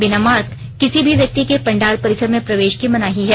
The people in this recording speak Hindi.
बिना मास्क किसी भी व्यक्ति के पंडाल परिसर में प्रवेश की मनाही है